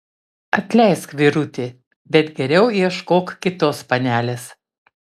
atleisk vyruti bet geriau ieškok kitos panelės